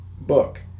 book